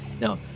Now